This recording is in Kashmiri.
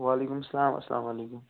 وعلیکُم سلام اَسَلام علیکُم